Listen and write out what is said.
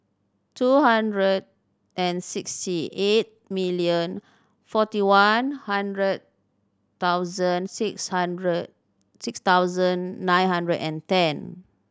two hundred and sixty eight million forty one hundred thousand six hundred six thousand nine hundred and ten